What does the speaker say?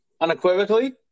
unequivocally